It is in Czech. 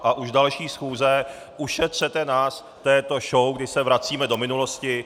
A u další schůze ušetřete nás této show, kdy se vracíme do minulosti.